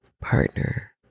partner